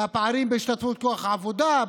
בפערים בהשתתפות בכוח העבודה,